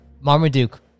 Marmaduke